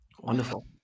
wonderful